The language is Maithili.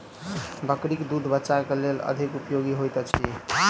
बकरीक दूध बच्चाक लेल अधिक उपयोगी होइत अछि